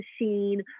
machine